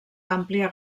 àmplia